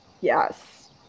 Yes